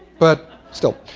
but still.